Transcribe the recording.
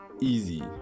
easy